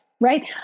right